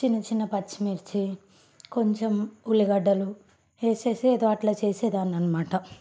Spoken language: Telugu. చిన్న చిన్న పచ్చిమిర్చి కొంచం ఉల్లిగడ్డలు వేసి ఏదో అట్లా చేసేదాని అన్నమాట